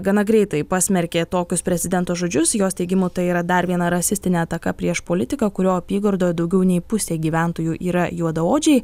gana greitai pasmerkė tokius prezidento žodžius jos teigimu tai yra dar viena rasistinė ataka prieš politiką kurio apygardoje daugiau nei pusė gyventojų yra juodaodžiai